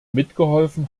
mitgeholfen